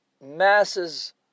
masses